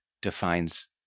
defines